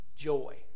Joy